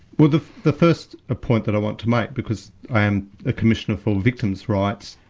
well the the first ah point that i want to make, because i am a commissioner for victims' rights,